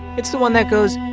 it's the one that goes,